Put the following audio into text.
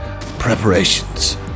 preparations